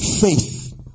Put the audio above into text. Faith